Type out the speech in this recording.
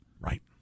Right